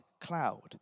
cloud